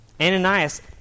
Ananias